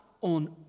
on